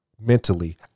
mentally